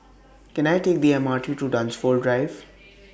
Can I Take The M R T to Dunsfold Drive